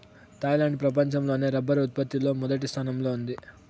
Thailand ప్రపంచం లోనే rubber ఉత్పత్తి లో మొదటి స్థానంలో ఉంది